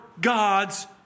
God's